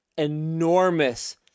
enormous